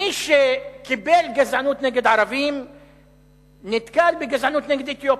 מי שקיבל גזענות נגד ערבים נתקל בגזענות נגד אתיופים,